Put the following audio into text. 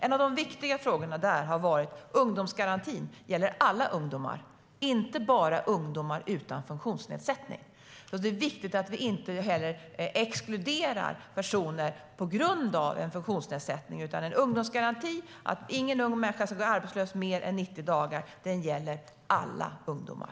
En av de viktiga frågorna där har varit att ungdomsgarantin ska gälla alla ungdomar, inte bara ungdomar utan funktionsnedsättning. Det är viktigt att vi inte exkluderar personer på grund av en funktionsnedsättning, utan ungdomsgarantin, att ingen människa ska gå arbetslös mer än 90 dagar, gäller alla ungdomar.